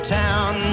town